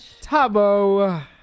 TABO